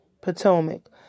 Potomac